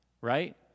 right